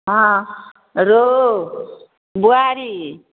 हँ रहु बुआरी